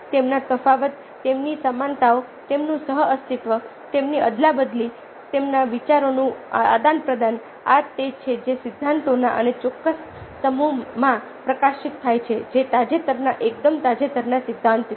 તેમના તફાવતો તેમની સમાનતાઓ તેમનું સહઅસ્તિત્વ તેમની અદલાબદલી તેમના વિચારોનું આદાનપ્રદાન આ તે છે જે સિદ્ધાંતોના આ ચોક્કસ સમૂહમાં પ્રકાશિત થાય છે જે તાજેતરના એકદમ તાજેતરના સિદ્ધાંત છે